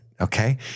Okay